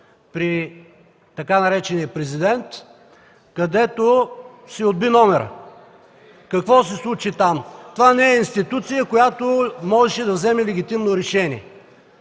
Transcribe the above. при така наречения „Президент”, където се отби номерът. Какво се случи там? Това не е институция, която можеше да вземе легитимно решение.